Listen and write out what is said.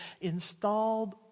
installed